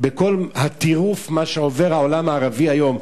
בכל הטירוף שהעולם הערבי עובר היום,